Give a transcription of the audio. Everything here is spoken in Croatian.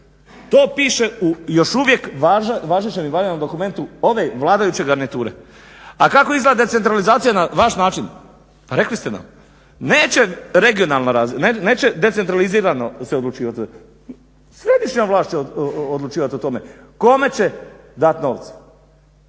To piše u još uvijek važećem i valjanom dokumentu ove vladajuće garniture. A kako izgleda decentralizacija na vaš način? Rekli ste nam neće regionalna, neće decentralizirano se odlučivat. Središnja vlast će odlučivat o tome kome će dat novce.